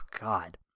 God